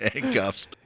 handcuffs